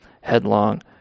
headlong